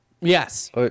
Yes